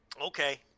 okay